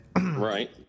Right